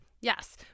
Yes